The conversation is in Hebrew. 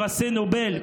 פרסי נובל,